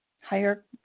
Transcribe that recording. higher